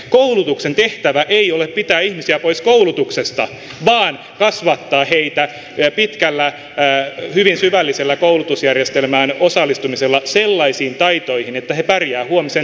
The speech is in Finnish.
koulutuksen tehtävä ei ole pitää ihmisiä pois koulutuksesta vaan kasvattaa heitä pitkällä hyvin syvällisellä koulutusjärjestelmään osallistumisella sellaisiin taitoihin että he pärjäävät huomisen työelämässä